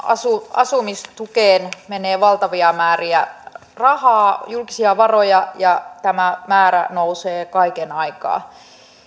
asumistukeen menee valtavia määriä rahaa julkisia varoja ja tämä määrä nousee kaiken aikaa